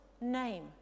name